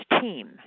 team